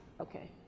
okay